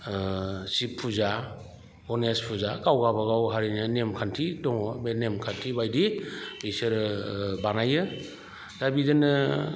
sieve फुजा गनेस फुजा गाव गावबागाव हारिनि नेम खान्थि दङ बे नेम खान्थि बायदि बिसोरो बानायो दा बिदिनो